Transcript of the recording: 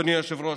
אדוני היושב-ראש,